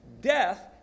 Death